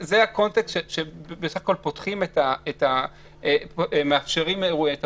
זה הקונטקסט, שבסך הכול מאפשרים אירועי תרבות.